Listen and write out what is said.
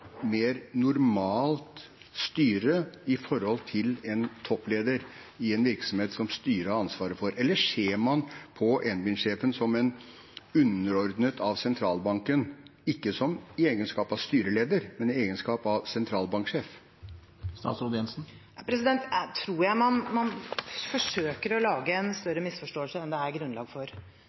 har ansvaret for? Eller ser man på NBIM-sjefen som underordnet sentralbanken, ikke i egenskap av styreleder, men i egenskap av sentralbanksjef? Her tror jeg man forsøker å lage en større misforståelse enn det er grunnlag for.